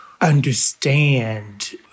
understand